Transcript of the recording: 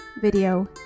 video